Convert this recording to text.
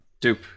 Dupe